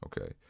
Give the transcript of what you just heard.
Okay